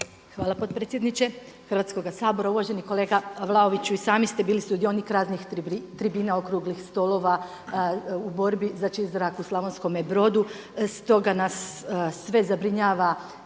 Hvala potpredsjedniče Hrvatskoga sabora. Uvaženi kolega Vlaoviću i sami ste bili sudionik raznih tribina, okruglih stolova u borbi za čist zrak u Slavonskome Brodu. Stoga nas sve zabrinjava